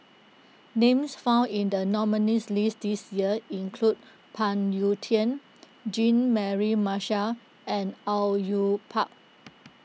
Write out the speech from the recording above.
names found in the nominees' list this year include Phoon Yew Tien Jean Mary Marshall and Au Yue Pak